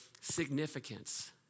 Significance